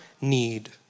need